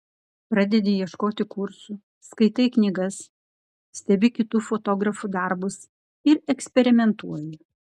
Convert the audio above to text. pradedi ieškoti kursų skaitai knygas stebi kitų fotografų darbus ir eksperimentuoji